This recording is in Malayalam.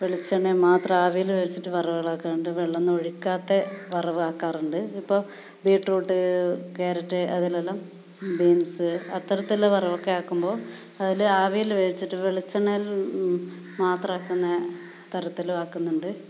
വെളിച്ചണ്ണെ മാത്രം ആവിയിൽ വെച്ചിട്ട് വറവകളാക്കും എന്നിട്ട് വെള്ളം എന്ന് ഓഴിക്കാത്തെ വറവാക്കാറുണ്ട് ഇപ്പം ബീറ്റ്റൂട്ട് ക്യാരറ്റ് അതിലെല്ലാം ബീൻസ് അത്തരത്തിൽ വറവക്കെ ആക്കുമ്പോൾ അതിൽ ആവിയിൽ വേവിച്ചിട്ട് വെളിച്ചെണ്ണയിൽ മാത്രമാക്കുന്ന തരത്തിലും ആക്കുന്നുണ്ട്